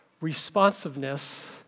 responsiveness